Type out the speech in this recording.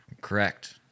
Correct